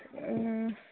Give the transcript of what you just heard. ꯎꯝ